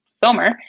filmer